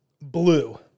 blue